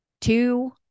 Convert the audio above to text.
two